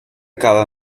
acaba